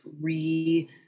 re-